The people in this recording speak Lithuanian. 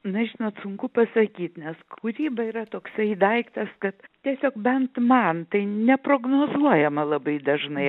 na žinot sunku pasakyt nes kūryba yra toksai daiktas kad tiesiog bent man tai neprognozuojama labai dažnai